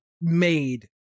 made